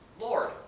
Lord